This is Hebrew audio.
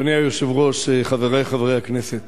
אדוני היושב-ראש, חברי חברי הכנסת,